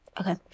Okay